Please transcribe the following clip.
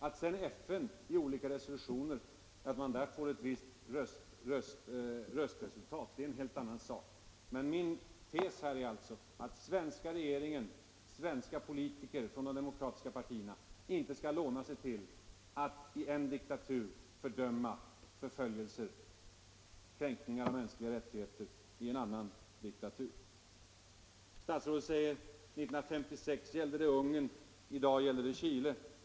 Att man sedan i FN i samband med olika resolutioner fått ett visst röstresultat är en helt annan sak. Min tes är alltså att svenska regeringen och svenska politiker från de demokratiska partierna inte skall låna sig till att i en diktatur fördöma förföljelser och kränkningar av mänskliga rättigheter i en annan diktatur. Statsrådet säger: 1956 gällde det Ungern, i dag gäller det Chile.